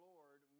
Lord